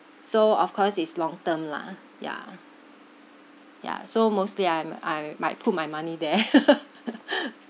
so of course is long term lah yeah yeah so mostly I'm I might put my money there